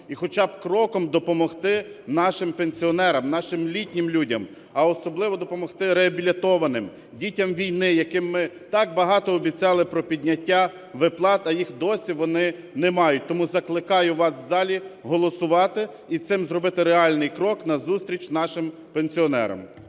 І хоча б кроком допомогти нашим пенсіонерам, нашим літнім людям, а особливо допомогти реабілітованим, дітям війни, яким ми так багато обіцяли про підняття виплат, а їх досі вони не мають. Тому закликаю вас в залі голосувати і цим зробити реальний крок назустріч нашим пенсіонерам.